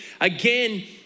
again